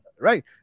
right